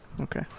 Okay